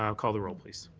um call the roll, please.